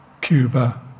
Cuba